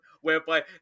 whereby